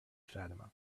fatima